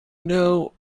know